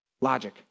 Logic